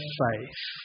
faith